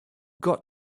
got